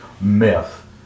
myth